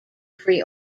free